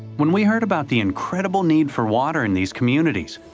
when we heard about the incredible need for water in these communities,